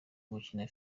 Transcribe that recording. gukina